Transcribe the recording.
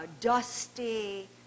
dusty